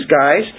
guys